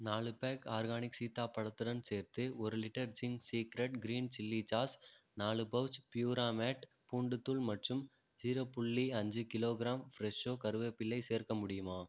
நாலு pack organic சீத்தாப்பழத்துடன் சேர்த்து ஒரு litre Ching's secret green chilli sauce நாலு பவுச் ப்யூராமேட் பூண்டுத்தூள் மற்றும் ஜீரோ புள்ளி அஞ்சு கிலோகிராம் ஃப்ரெஷ்ஷோ கருவேப்பிலை சேர்க்க முடியுமா